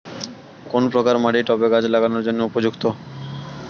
কোন প্রকার মাটি টবে গাছ লাগানোর জন্য উপযুক্ত?